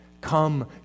come